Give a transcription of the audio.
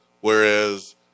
whereas